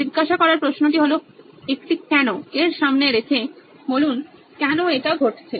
জিজ্ঞাসা করার প্রশ্নটি একটি কেনো এর সামনে রেখে বলুন কেনো এটা ঘটছে